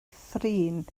thrin